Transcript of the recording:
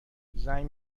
زنگ